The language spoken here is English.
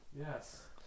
Yes